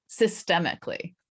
systemically